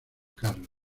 carlos